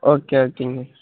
okay ஓகேங்க